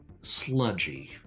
sludgy